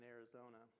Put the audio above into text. Arizona